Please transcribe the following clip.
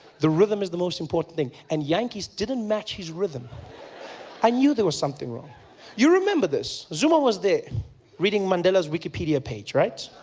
the rhythm is the most important thing and jantjies didn't match his rhythm i knew there was something wrong you remember this, zuma was there reading mandela's wikipedia page, right